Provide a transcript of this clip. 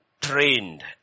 trained